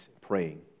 praying